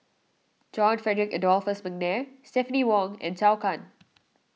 John Frederick Adolphus McNair Stephanie Wong and Zhou Can